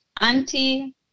Auntie